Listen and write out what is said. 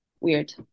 weird